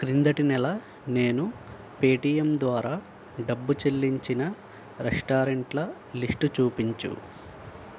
క్రిందటి నెల నేను పేటిఎమ్ ద్వారా డబ్బు చెల్లించిన రెస్టారెంట్ల లిస్టు చూపించు